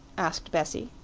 asked bessie.